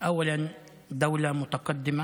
האדם הראשון שלא אוהב את דובאי